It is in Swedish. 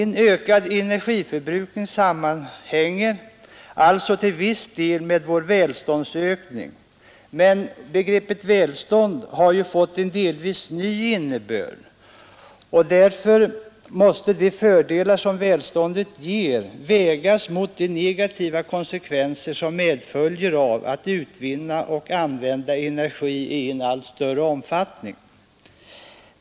En ökad energiförbrukning sammanhänger alltså till viss del med vår välståndsökning, men begreppet välstånd har ju fått en delvis ny innebörd. De fördelar som välståndet ger måste vägas mot de negativa konsekvenserna av utvinning och användning av energi i allt större omfattning.